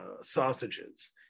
sausages